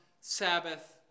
Sabbath